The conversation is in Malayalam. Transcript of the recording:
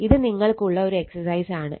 ഇത് നിങ്ങൾക്കുള്ള ഒരു എക്സസൈസ് ആണ്